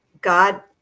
god